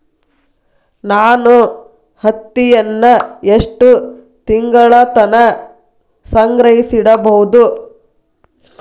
ನಾನು ಹತ್ತಿಯನ್ನ ಎಷ್ಟು ತಿಂಗಳತನ ಸಂಗ್ರಹಿಸಿಡಬಹುದು?